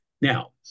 Now